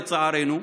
לצערנו,